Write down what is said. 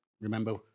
remember